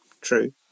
true